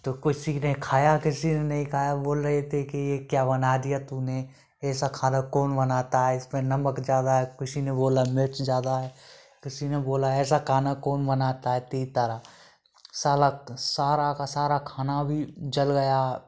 तो किसी ने खाया किसी ने नहीं खाया बोल रहे थे कि क्या बना दिया तुमने ऐसा खाना कौन बनाता है इसमें नमक ज़्यादा है किसी ने बोला मिर्ची ज़्यादा है किसी ने बोला ऐसा खाना कौन बनाता है का साला सारा का सारा खाना भी जल गया